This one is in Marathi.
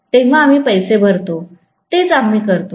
तेव्हा आम्ही पैसे भरतो तेच आम्ही करतो